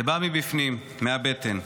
זה בא מבפנים, מהבטן.